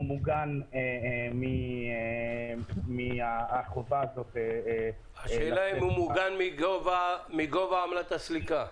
הוא מוגן מהחובה הזאת --- השאלה היא אם הוא מוגן מגובה עמלת הסליקה.